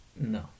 No